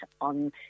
on